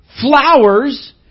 flowers